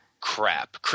crap